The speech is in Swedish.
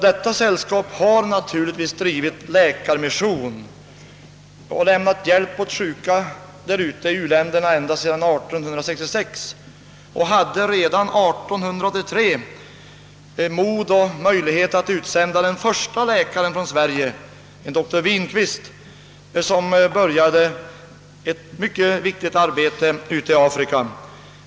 Detta sällskap har drivit läkarmission och lämnat hjälp åt sjuka i u-länderna ända sedan 1866 och hade redan 1883 mod och möjlighet att utsända den första läkaren från Sverige, en doktor Winquist, som började ett mycket viktigt arbete i Afrika.